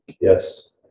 Yes